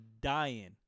dying